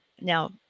now